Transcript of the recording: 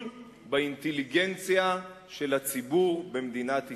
באינטליגנציה של הציבור במדינת ישראל.